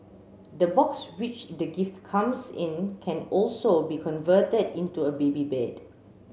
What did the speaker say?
the box which the gift comes in can also be converted into a baby bed